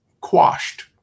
quashed